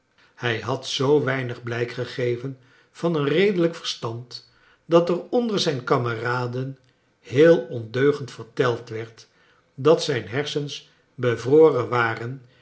hij had zoo weinig blijk gegeven van een redelijk verstand dat er onder zijn kameraden heel ondeugend verteld werd dat zijn hersens bevroren waren